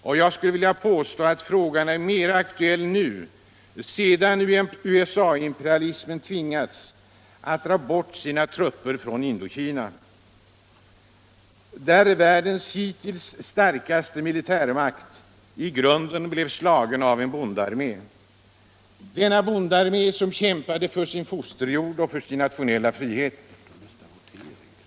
Ja, jag skulle vilja påstå att frågan är mera aktuell nu sedan USA-imperialismen tvingats att dra bort sina trupper från Indokina, där världens hittills starkaste militärmakt i grunden blev slagen av en bondearmé, som kämpade för sin fosterjord och sin nationella frihet.